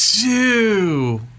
Two